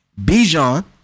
Bijan